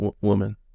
woman